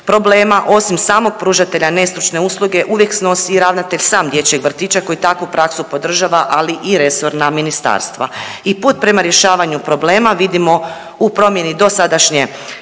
problema osim samog pružatelja nestručne usluge uvijek snosi i ravnatelj sam dječjeg vrtića koji takvu praksu podržava, ali i resorna ministarstva. I put prema rješavanju problema vidimo u promjeni dosadašnje